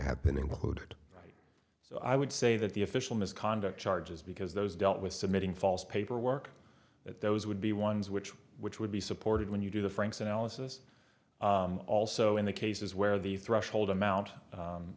included so i would say that the official misconduct charges because those dealt with submitting false paperwork that those would be ones which which would be supported when you do the franks analysis also in the cases where the threshold amount